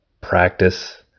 practice